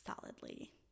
Solidly